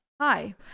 hi